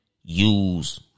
use